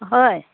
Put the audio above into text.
হয়